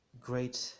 great